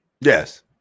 Yes